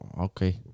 okay